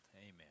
Amen